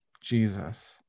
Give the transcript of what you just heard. Jesus